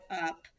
up